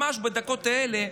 ממש בדקות האלה,